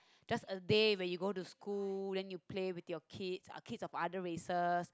just a day where you go to school then you play with your kids or kids of other races